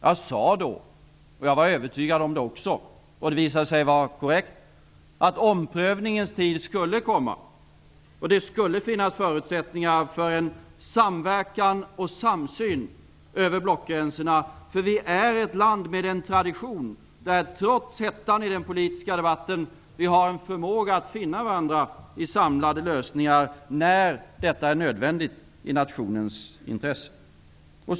Jag sade då — jag var också övertygad om det, och det visade sig vara korrekt — att omprövningens tid skulle komma och att det skulle finnas förutsättningar för en samverkan och samsyn över blockgränserna, eftersom Sverige är ett land med en tradition där vi, trots hettan i den politiska debatten, har en förmåga att finna varandra i samlade lösningar när detta är nödvändigt i nationens intresse.